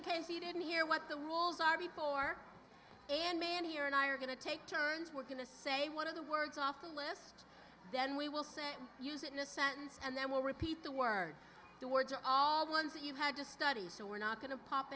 see case you didn't hear what the rules are before and man here and i are going to take turns we're going to say one of the words off the list then we will say use it in a sentence and that will repeat the words the words are all ones you had to study so we're not going to pop